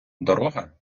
дорога